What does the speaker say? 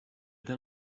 then